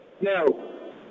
No